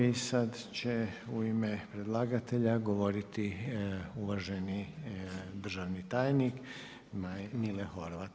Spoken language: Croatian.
I sada će u ime predlagatelja govoriti uvaženi državni tajnik, Mile Horvat.